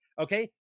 Okay